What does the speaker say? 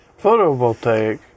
photovoltaic